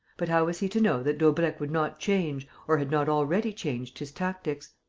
but how was he to know that daubrecq would not change or had not already changed his tactics?